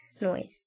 noise